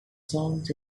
sounds